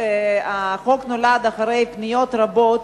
החוק נולד אחרי שקיבלתי פניות רבות